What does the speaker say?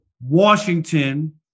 Washington